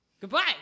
Goodbye